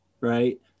right